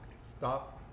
stop